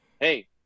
hey